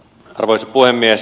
arvoisa puhemies